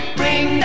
bring